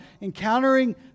encountering